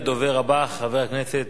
הדובר הבא, חבר הכנסת